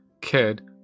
Kid